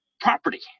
property